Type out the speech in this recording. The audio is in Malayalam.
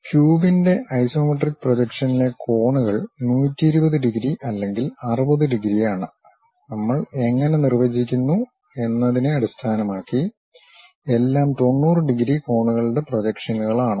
ക്യൂബിന്റെ ഐസോമെട്രിക് പ്രൊജക്ഷനിലെ കോണുകൾ 120 ഡിഗ്രി അല്ലെങ്കിൽ 60 ഡിഗ്രിയാണ്നമ്മൾ എങ്ങനെ നിർവചിക്കുന്നു എന്നതിനെ അടിസ്ഥാനമാക്കി എല്ലാം 90 ഡിഗ്രി കോണുകളുടെ പ്രൊജക്ഷനുകളാണ്